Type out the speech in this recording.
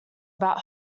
about